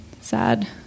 sad